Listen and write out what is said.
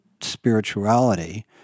spirituality